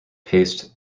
paste